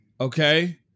okay